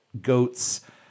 goats